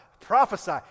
prophesy